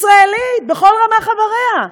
ישראלית בכל רמ"ח אבריה.